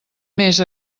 més